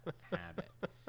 habit